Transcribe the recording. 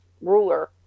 ruler